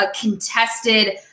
contested